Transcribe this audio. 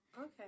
Okay